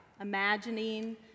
imagining